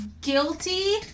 guilty